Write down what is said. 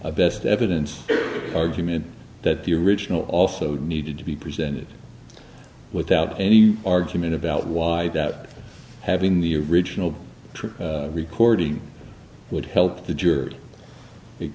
a best evidence argument that the original also needed to be presented without any argument about why that having the original recording would help the